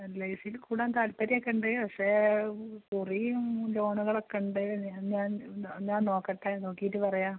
A I സിയിൽ കൂടാൻ താത്പര്യം ഒക്കെയുണ്ട് പക്ഷേ കുറിയും ലോണുകളൊക്കെയുണ്ട് ഞാൻ ഞാ ഞാൻ നോക്കട്ടെ നോക്കിയിട്ട് പറയാം